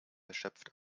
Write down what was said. erschöpft